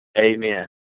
Amen